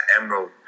emerald